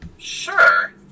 Sure